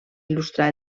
il·lustrar